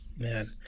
man